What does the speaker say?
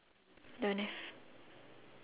sell celebrity gossips